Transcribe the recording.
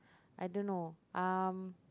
I don't know um